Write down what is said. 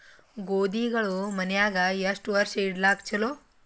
ಗೋಧಿಗಳು ಮನ್ಯಾಗ ಎಷ್ಟು ವರ್ಷ ಇಡಲಾಕ ಚಲೋ?